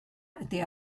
ydi